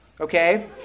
okay